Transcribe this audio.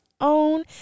own